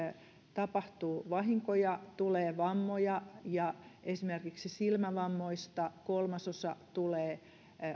tapahtuu vahinkoja tulee vammoja ja esimerkiksi silmävammoista kolmasosa tulee